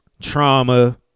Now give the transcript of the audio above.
trauma